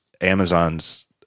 Amazon's